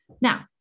Now